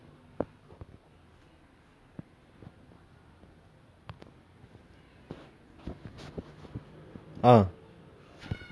that is what they think but and if you continue watching right there will be another suspense in the movie where I mean in the show where he